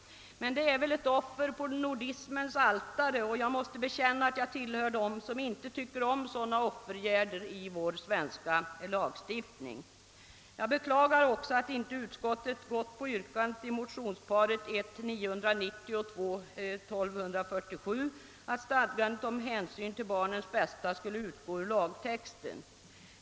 Men det är väl ett offer på nordismens altare, och jag måste bekänna att jag tillhör dem som inte tycker om sådana offergärder i vår svenska lagstiftning. Jag beklagar också att utskottet inte tillstyrkt yrkandet i motionsparet I: 990 och II: 1247, att stadgandet om hänsynen till barnens bästa skulle utgå ur lagtexten.